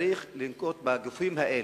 צריך לנקוט בגופים האלה,